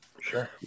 sure